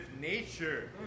nature